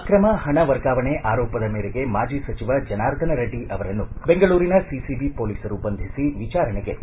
ಅಕ್ರಮ ಹಣ ವರ್ಗಾವಣೆ ಆರೋಪದ ಮೇರೆಗೆ ಮಾಜಿ ಸಚಿವ ಜನಾರ್ದನ ರೆಡ್ಡಿ ಅವರನ್ನು ಬೆಂಗಳೂರಿನ ಸಿಸಿಬಿ ಪೊಲೀಸರು ಬಂಧಿಸಿ ವಿಚಾರಣೆಗೆ ಒಳಡಿಸಿದರು